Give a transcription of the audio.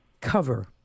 cover